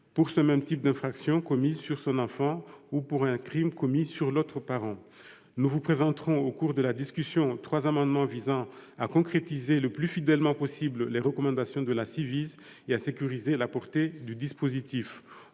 pour ce même type d'infraction commise sur son enfant ou pour un crime commis sur l'autre parent. Nous vous présenterons, au cours de la discussion, trois amendements visant à concrétiser le plus fidèlement possible les recommandations de la Ciivise et à sécuriser la portée du dispositif.